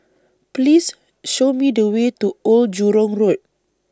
Please Show Me The Way to Old Jurong Road